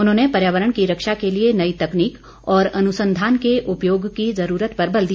उन्होंने पर्यावरण की रक्षा के लिए नई तकनीक और अनुसंधान के उपयोग की जरूरत पर बल दिया